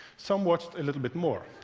some watched a little bit more.